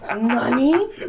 Money